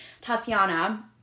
Tatiana